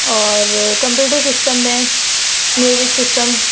اور computer system میں music system